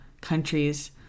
countries